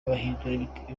bahindurwa